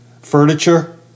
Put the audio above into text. furniture